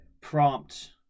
prompt